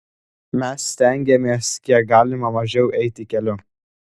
mes stengiamės kiek galima mažiau eiti keliu